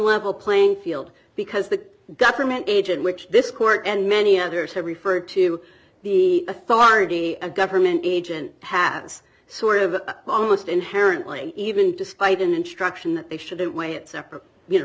level playing field because the government agent which this court and many others have referred to the authority a government agent has sort of almost inherently even despite an instruction that they shouldn't weigh it separate